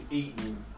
eating